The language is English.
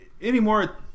anymore